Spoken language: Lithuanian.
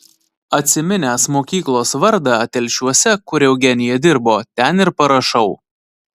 atsiminęs mokyklos vardą telšiuose kur eugenija dirbo ten ir parašau